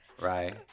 right